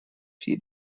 few